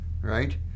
Right